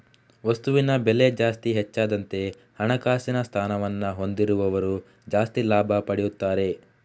ವಸ್ತುವಿನ ಬೆಲೆ ಜಾಸ್ತಿ ಹೆಚ್ಚಾದಂತೆ ಹಣಕಾಸಿನ ಸ್ಥಾನವನ್ನ ಹೊಂದಿದವರು ಜಾಸ್ತಿ ಲಾಭ ಪಡೆಯುತ್ತಾರೆ